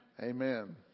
Amen